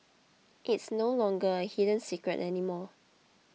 it's no longer a hidden secret anymore